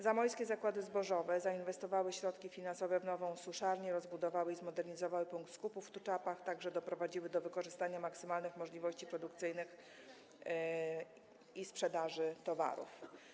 Zamojskie Zakłady Zbożowe zainwestowały środki finansowe w nową suszarnię, rozbudowały i zmodernizowały punkt skupu w Tuczapach, a także doprowadziły do wykorzystania maksymalnych możliwości w produkcji i sprzedaży towaru.